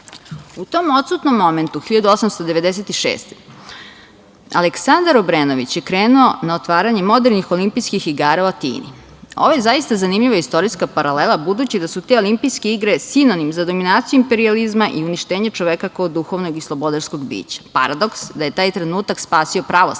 tom odsutnom momentu, 1896. godine, Aleksandar Obrenović je krenuo na otvaranje modernih olimpijskih igara u Atini. Ovo je zaista zanimljiva istorijska paralela, budući da su te olimpijske igre sinonim za dominaciju imperijalizma i uništenje čoveka kao duhovnog i slobodarskog bića. Paradoks je da je taj trenutak spasio pravoslavlje.